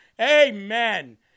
Amen